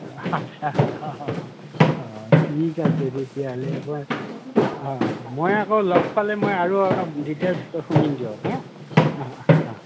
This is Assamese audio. আচ্ছা অঁ ঠিক আছে তেতিয়াহ'লে এবাৰ অঁ মই আকৌ লগ পালে মই আৰু অলপ ডিটেইলচ শুনিম দিয়ক হা